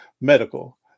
medical